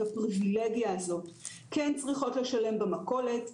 הפריווילגיה הזאת כי הן צריכות לשלם במכולת,